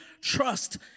trust